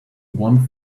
one